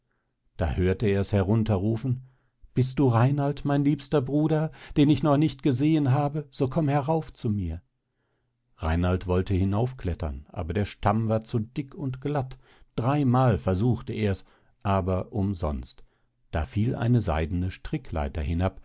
da hörte er es herunter rufen bist du reinald mein liebster bruder den ich noch nicht gesehen habe so komm herauf zu mir reinald wollte hinauf klettern aber der stamm war zu dick und glatt dreimal versuchte ers aber umsonst da fiel eine seidene